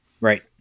right